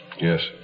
Yes